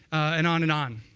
and on and on.